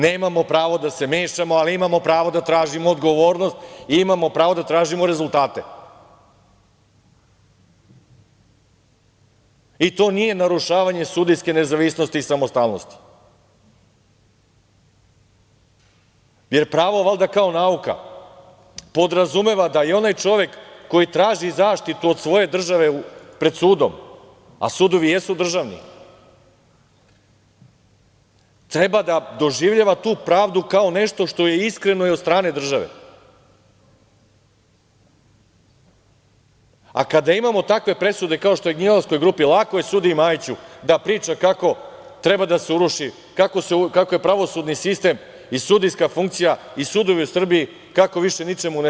Nemamo pravo da se mešamo, ali imamo pravo da tražimo odgovornost i imamo pravo da tražimo rezultate i to nije narušavanje sudijske nezavisnosti i samostalnosti, jer pravo valjda kao nauka podrazumeva da i onaj čovek koji traži zaštitu od svoje države pred sudom, a sudovi jesu državni, treba da doživljava tu pravdu kao nešto što je iskreno i od strane države, a kada imamo takve presude kao što je Gnjilanskoj grupi, lako je sudiji Majiću da priča kako je pravosudni sistem i sudijska funkcija i sudovi u Srbiji kako više ničemu ne